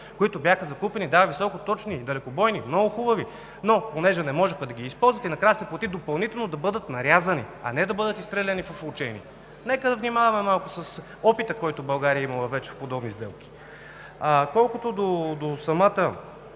които бяха закупени. Да, високоточни, далекобойни, много хубави, но понеже не можеха да ги използват, накрая се плати допълнително да бъдат нарязани, а не да бъдат изстреляни в учение. Нека да внимаваме малко с опита, който е имала България вече в подобни сделки. Колкото до самото